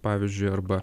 pavyzdžiui arba